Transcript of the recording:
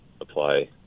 apply